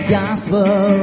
gospel